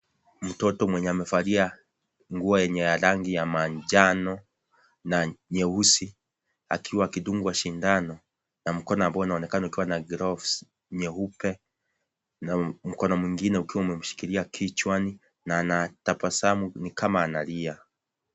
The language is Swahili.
Mtoto mwenye amevalia nguo yenye rangi ya manjano na nyeusi akiwa akidungwa shindano na mkono ambao unaonekana ukiwa na glovu nyeupe na mkono mwingine ukiwa umemshikilia kichwani na anatabasamu ni kama analia.